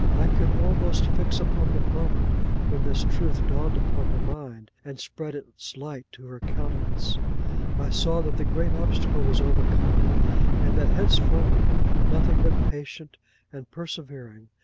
i could almost fix upon the moment when this truth dawned upon her mind, and spread its light to her countenance i saw that the great obstacle was overcome and that henceforward nothing but patient and persevering,